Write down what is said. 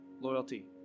loyalty